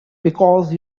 because